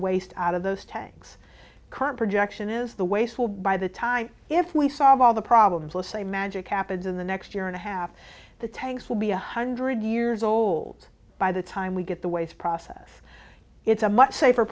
waste out of those tanks current projection is the waste will by the time if we solve all the problems listen magic happens in the next year and a half the tanks will be a hundred years old by the time we get the waste process it's a much safer